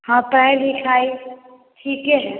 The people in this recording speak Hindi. हँ पायल भी खाई ठीके है